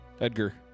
Edgar